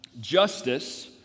justice